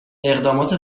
اقدامات